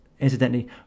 incidentally